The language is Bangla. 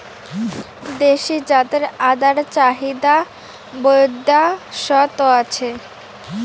দেশী জাতের আদার চাহিদা বৈদ্যাশত আছে